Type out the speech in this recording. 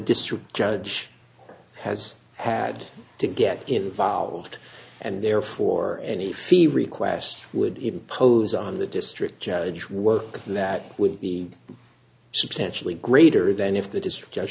district judge has had to get involved and therefore any fear request would impose on the district judge work that would be substantially greater than if the district judge